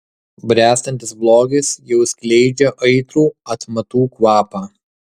bręstantis blogis jau skleidžia aitrų atmatų kvapą